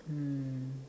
hmm